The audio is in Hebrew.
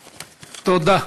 תודה.